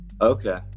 Okay